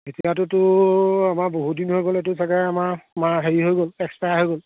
এতিয়াতোতো আমাৰ বহুদিন হৈ গ'ল এইটো চাগে আমাৰ আমাৰ হেৰি হৈ গ'ল এক্সপায়াৰ হৈ গ'ল